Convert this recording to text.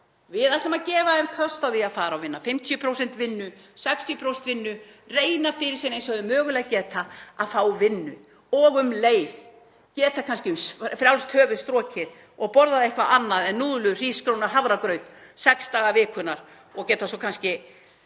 Við ætlum að gefa þeim kost á því að fara og vinna 50% vinnu, 60% vinnu, reyna fyrir sér eins og þeir mögulega geta að fá vinnu og um leið geta um frjálst höfuð strokið og borðað eitthvað annað en núðlur, hrísgrjón og hafragraut sex daga vikunnar og kannski